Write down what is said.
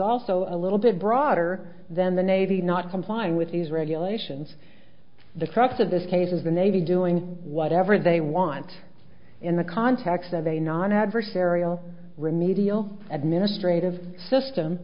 also a little bit broader than the navy not complying with these regulations the crux of this case is the navy doing whatever they want in the context of a non adversarial remedial administrative system